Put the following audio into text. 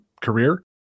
career